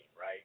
right